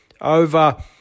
over